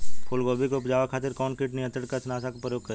फुलगोबि के उपजावे खातिर कौन कीट नियंत्री कीटनाशक के प्रयोग करी?